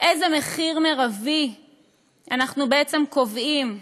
איזה מחיר מרבי אנחנו בעצם קובעים,